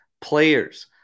Players